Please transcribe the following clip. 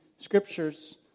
scriptures